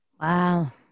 Wow